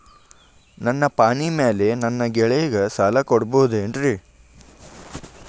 ನನ್ನ ಪಾಣಿಮ್ಯಾಲೆ ನನ್ನ ಗೆಳೆಯಗ ಸಾಲ ಕೊಡಬಹುದೇನ್ರೇ?